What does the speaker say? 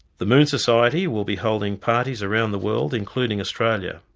the moon society will be holding parties around the world, including australia.